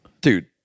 Dude